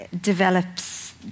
develops